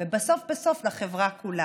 בסוף בסוף לחברה כולה.